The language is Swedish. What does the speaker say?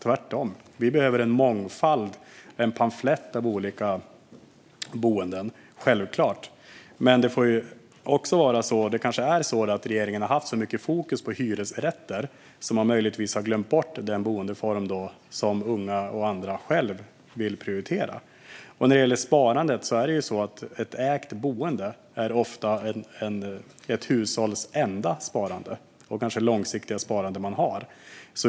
Tvärtom, vi behöver självklart en mångfald - en palett - av olika boendeformer. Men det kanske är så att regeringen har haft så starkt fokus på hyresrätter att den möjligtvis har glömt bort den boendeform som unga och andra själva vill prioritera. När det gäller sparandet är det dessutom så att ett ägt boende ofta är ett hushålls enda långsiktiga sparande.